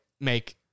make